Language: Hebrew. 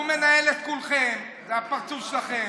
הוא מנהל את כולכם, זה הפרצוף שלכם.